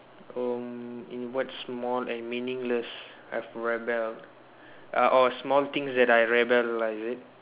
um in what small and meaningless I've rebelled uh or small things that I rebel in life is it